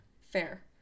fair